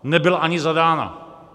Nebyla ani zadána.